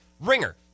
ringer